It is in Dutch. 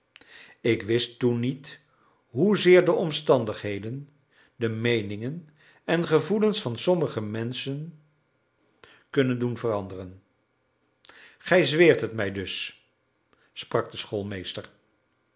ik wist toen niet hoezeer de omstandigheden de meeningen en gevoelens van sommige menschen kunnen doen veranderen gij zweert het mij dus sprak de